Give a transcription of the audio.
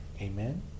Amen